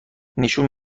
نشون